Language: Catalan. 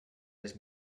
les